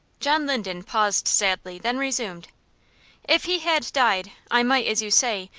john linden paused sadly, then resumed if he had died, i might, as you say,